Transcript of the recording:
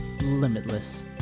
limitless